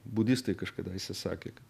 budistai kažkadaise sakė kad